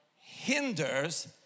hinders